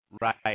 Right